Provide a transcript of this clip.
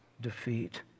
defeat